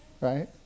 right